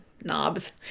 Knobs